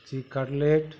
chicken cutlet